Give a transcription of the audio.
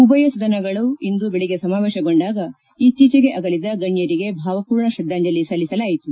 ಉಭಯ ಸದನಗಳು ಇಂದು ಬೆಳಗ್ಗೆ ಸಮಾವೇಶಗೊಂಡಾಗ ಇತ್ತೀಚೆಗೆ ಆಗಲಿದ ಗಣ್ಣರಿಗೆ ಭಾವರ್ಷೂರ್ಣ ಶ್ರದ್ದಾಂಜಲಿ ಸಲ್ಲಿಸಲಾಯಿತು